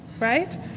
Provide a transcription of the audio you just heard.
right